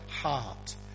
heart